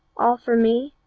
all for me?